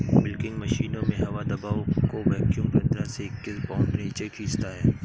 milking मशीनों में हवा दबाव को वैक्यूम पंद्रह से इक्कीस पाउंड नीचे खींचता है